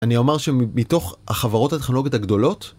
אני אומר שמתוך החברות הטכנולוגיות הגדולות